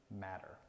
matter